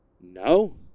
no